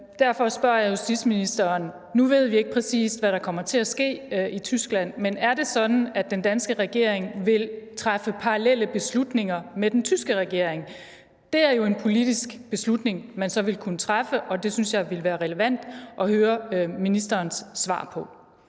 Derfor spørger jeg justitsministeren: Nu ved vi ikke præcis, hvad der kommer til at ske i Tyskland, men er det sådan, at den danske regering vil træffe beslutninger parallelt med den tyske regering? Det er jo en politisk beslutning, man så vil kunne træffe, og jeg synes, at det vil være relevant at høre ministerens svar på